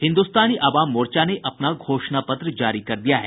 हिन्दुस्तानी अवाम मोर्चा ने अपना घोषणा पत्र जारी कर दिया है